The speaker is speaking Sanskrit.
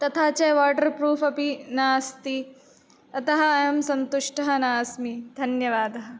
तथा च वाट्र्फ़्रूफ़् अपि नास्ति अतः अहं सन्तुष्टा नास्मि धन्यवादः